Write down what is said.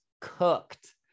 cooked